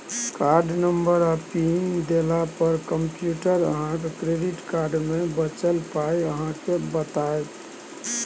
card number आ PIN देला पर कंप्यूटर अहाँक क्रेडिट कार्ड मे बचल पाइ अहाँ केँ बताएत